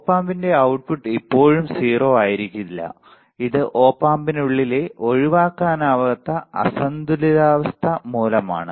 Op Amp ന്റെ output ഇപ്പോഴും 0 ആയിരിക്കില്ല ഇത് Op Amp നുള്ളിലെ ഒഴിവാക്കാനാവാത്ത അസന്തുലിതാവസ്ഥ മൂലമാണ്